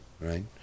right